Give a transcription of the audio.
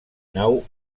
nau